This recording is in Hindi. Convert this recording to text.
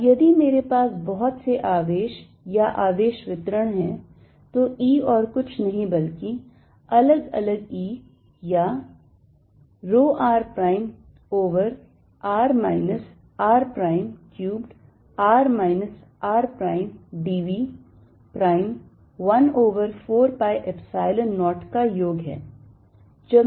अब यदि मेरे पास बहुत से आवेश या आवेश वितरण है तो E और कुछ नहीं है बल्कि अलग अलग E का या rho r prime over r minus r prime cubed r minus r prime d v prime 1 over 4 pi epsilon 0 का योग है